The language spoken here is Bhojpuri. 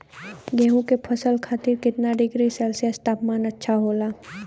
गेहूँ के फसल खातीर कितना डिग्री सेल्सीयस तापमान अच्छा होला?